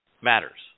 matters